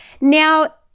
Now